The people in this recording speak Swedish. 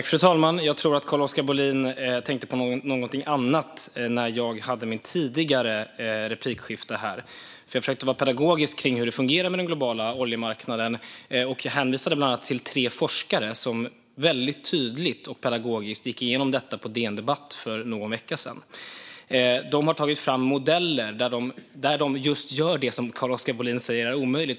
Fru talman! Jag tror att Carl-Oskar Bohlin tänkte på något annat under min tidigare replik här. Jag försökte vara pedagogisk när det gäller hur det fungerar med den globala oljemarknaden och hänvisade bland annat till tre forskare, som väldigt tydligt och pedagogiskt gick igenom detta på DN Debatt för någon vecka sedan. De har tagit fram modeller där de gör just det som Carl-Oskar Bohlin säger är omöjligt.